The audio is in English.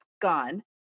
gone